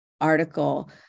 article